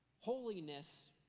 Holiness